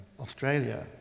Australia